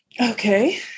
Okay